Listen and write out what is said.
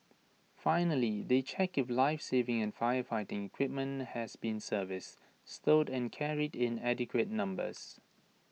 finally they check if lifesaving and firefighting equipment has been serviced stowed and carried in adequate numbers